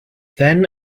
then